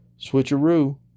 switcheroo